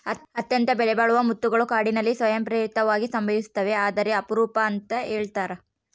ಅತ್ಯಂತ ಬೆಲೆಬಾಳುವ ಮುತ್ತುಗಳು ಕಾಡಿನಲ್ಲಿ ಸ್ವಯಂ ಪ್ರೇರಿತವಾಗಿ ಸಂಭವಿಸ್ತವೆ ಆದರೆ ಅಪರೂಪ ಅಂತ ಹೇಳ್ತರ